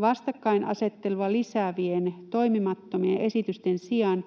Vastakkainasettelua lisäävien toimimattomien esitysten sijaan